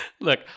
look